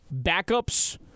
backups